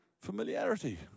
Familiarity